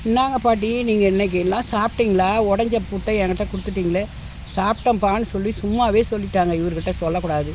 என்னங்க பாட்டி நீங்கள் இன்னைக்கு எல்லாம் சாப்பிட்டிங்களா உடஞ்ச புட்டை எங்கிட்ட கொடுத்துட்டிங்களே சாப்பிட்டேன்ப்பான்னு சொல்லி சும்மாவே சொல்லிட்டாங்கள் இவருக்கிட்ட சொல்லக்கூடாது